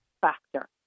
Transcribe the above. factor